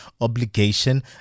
obligation